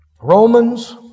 Romans